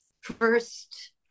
first